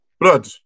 blood